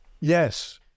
Yes